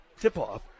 tip-off